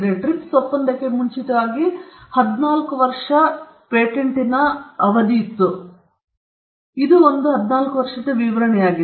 TRIPS ಒಪ್ಪಂದಕ್ಕೆ ಮುಂಚಿತವಾಗಿ ನಾವು ಏಕೆ 14 ವರ್ಷ ಪೇಟೆಂಟ್ ಪದವನ್ನು ಹೊಂದಿದ್ದೇವೆ ಎಂಬ ಬಗ್ಗೆ ಈ ವಿವರಣೆಯನ್ನು ನೀಡಿದೆ ಆದ್ದರಿಂದ ಇದು ಒಂದು ವಿವರಣೆಯಾಗಿದೆ